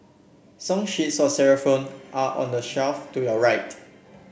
song sheets for xylophone are on the shelf to your right